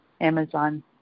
Amazon